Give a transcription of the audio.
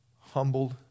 humbled